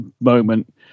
moment